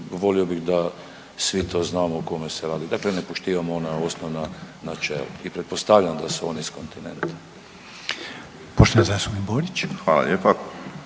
volio bih da svi to znamo o kome se radi, dakle ne poštivamo ona osnovana načela. I pretpostavljam da su oni s kontinenta. **Reiner, Željko